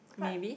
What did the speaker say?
maybe